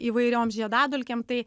įvairioms žiedadulkėm tai